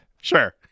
Sure